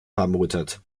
vermutet